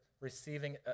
receiving